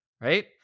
right